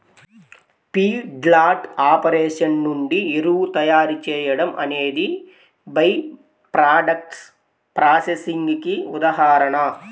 feedlot operation నుండి ఎరువు తయారీ చేయడం అనేది బై ప్రాడక్ట్స్ ప్రాసెసింగ్ కి ఉదాహరణ